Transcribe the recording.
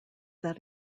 that